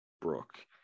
Brooke